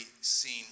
seen